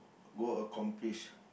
go accomplish